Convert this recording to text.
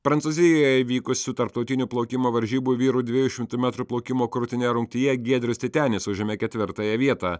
prancūzijoje įvykusių tarptautinių plaukimo varžybų vyrų dviejų šimtų metrų plaukimo krūtine rungtyje giedrius titenis užėmė ketvirtąją vietą